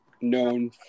known